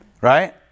Right